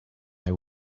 they